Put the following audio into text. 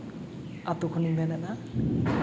ᱟᱛᱳ ᱠᱷᱚᱱᱤᱧ ᱢᱮᱱᱮᱫᱼᱟ